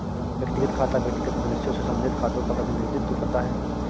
व्यक्तिगत खाता व्यक्तिगत मनुष्यों से संबंधित खातों का प्रतिनिधित्व करता है